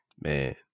man